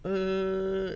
err